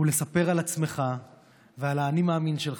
הוא לספר על עצמך ועל האני-מאמין שלך,